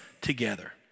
together